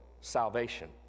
salvation